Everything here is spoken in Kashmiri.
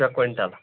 شیٚے کۄینٛٹل